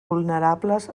vulnerables